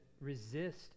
resist